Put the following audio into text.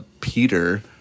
Peter